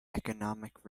economic